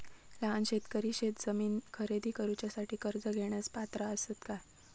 लहान शेतकरी शेतजमीन खरेदी करुच्यासाठी कर्ज घेण्यास पात्र असात काय?